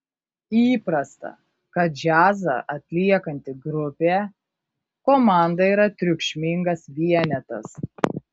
įprasta kad džiazą atliekanti grupė komanda yra triukšmingas vienetas